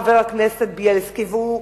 חבר הכנסת בילסקי,